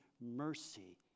mercy